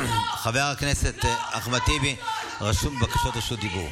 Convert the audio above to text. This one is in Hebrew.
חבר הכנסת אחמד טיבי רשום בבקשות לרשות דיבור.